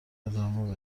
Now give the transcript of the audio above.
ادامه